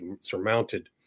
surmounted